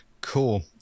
Cool